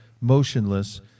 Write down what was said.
motionless